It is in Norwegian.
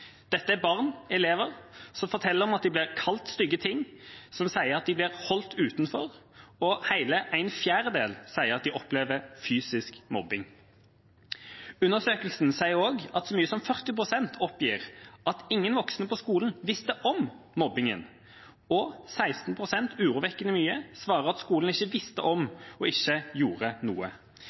Dette er barn, elever, som forteller at de blir kalt stygge ting, som sier at de blir holdt utenfor, og hele en fjerdedel sier at de opplever fysisk mobbing. Undersøkelsen viser også at så mye som 40 pst. oppgir at ingen voksne på skolen visste om mobbingen, og 16 pst. – urovekkende mye – svarer at skolen ikke visste om og ikke gjorde noe.